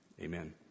amen